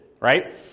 right